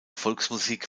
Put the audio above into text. volksmusik